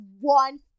one